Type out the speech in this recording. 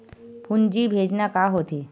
पूंजी भेजना का होथे?